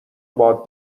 باد